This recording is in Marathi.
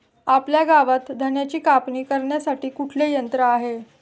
आपल्या गावात धन्याची कापणी करण्यासाठी कुठले यंत्र आहे?